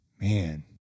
man